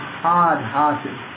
hard-hearted